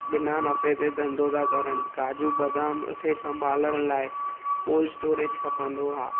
बिना नफ़े ते धंधो था करणु काजू बदाम खे संभालण लाइ कोल्ड स्टोरेज खपंदो आहे